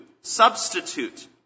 substitute